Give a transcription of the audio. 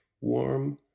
warm